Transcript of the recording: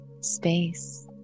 space